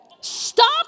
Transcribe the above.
Stop